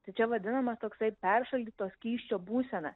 tai čia vadinamas toksai peršaldyto skysčio būsena